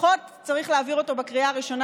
לפחות צריך להעביר אותו בקריאה הראשונה,